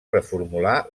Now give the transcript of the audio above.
reformular